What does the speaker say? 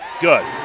Good